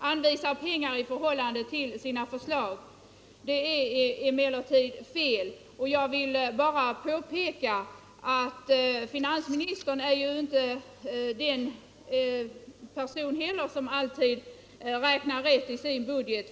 anvisar pengar i förhållande till sina utgiftsförslag. Det är emellertid fel. Jag vill också påpeka, att inte ens finansministern räknar alltid rätt i sin budget.